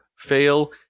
fail